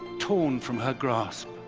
torn from her grasp,